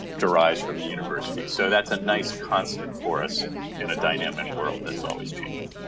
derives from the university. so that's a nice constant for us in a dynamic world that's always changing.